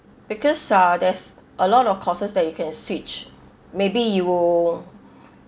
because ah there's a lot of courses that you can switch maybe you